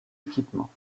équipements